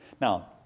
Now